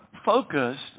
focused